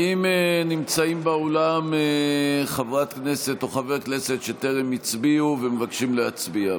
האם נמצאים באולם חברת כנסת או חבר כנסת שטרם הצביעו ומבקשים להצביע?